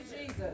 Jesus